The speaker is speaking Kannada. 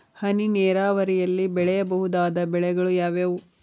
ಹನಿ ನೇರಾವರಿಯಲ್ಲಿ ಬೆಳೆಯಬಹುದಾದ ಬೆಳೆಗಳು ಯಾವುವು?